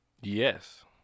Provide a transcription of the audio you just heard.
Yes